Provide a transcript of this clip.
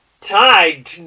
tied